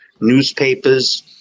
newspapers